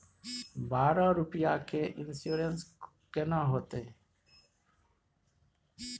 बारह रुपिया के इन्सुरेंस केना होतै?